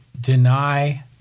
deny